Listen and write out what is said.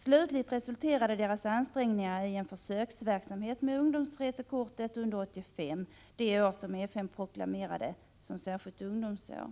Slutligt resulterade ansträngningarna i en försöksverksamhet med ungdomsresekortet under 1985, det år som FN proklamerade som särskilt ungdomsår.